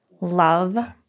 love